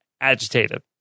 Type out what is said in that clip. agitated